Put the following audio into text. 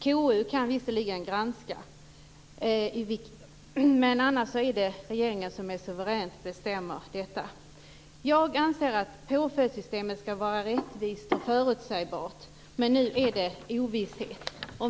KU kan visserligen granska. Men annars är det regeringen som suveränt bestämmer detta. Jag anser att påföljdssystemet skall vara rättvist och förutsägbart, men nu är det ovisshet.